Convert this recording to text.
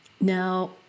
Now